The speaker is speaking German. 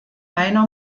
meiner